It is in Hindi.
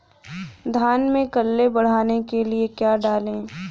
धान में कल्ले बढ़ाने के लिए क्या डालें?